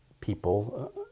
people